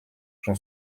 j’en